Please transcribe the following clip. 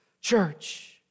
church